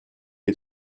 les